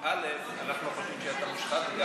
אנחנו לא חושבים שאתה מושחת,